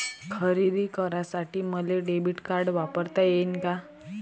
खरेदी करासाठी मले डेबिट कार्ड वापरता येईन का?